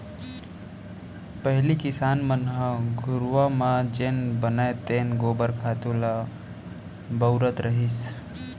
पहिली किसान मन ह घुरूवा म जेन बनय तेन गोबर खातू ल बउरत रहिस